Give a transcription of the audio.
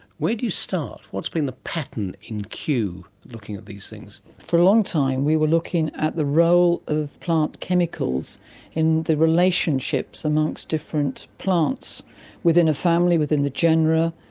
where do you start? what's been the pattern in kew looking at these things? for a long time we were looking at the role of plant chemicals in the relationships amongst different plants within a family, within the genera,